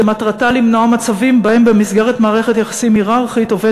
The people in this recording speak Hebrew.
שהיא למנוע מצבים שבהם במסגרת מערכת יחסים הייררכית עובד